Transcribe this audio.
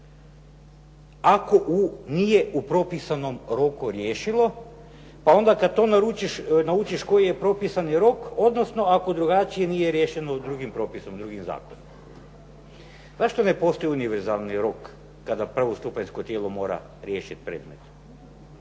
ako nije u propisanom roku riješilo. Pa onda kada to naučiš koji je propisani rok, odnosno ako drugačije nije riješeno drugim propisom, drugim zakonom. Zašto ne postoji univerzalni rok kada prvostupanjsko tijelo mora riješiti predmet?